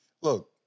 Look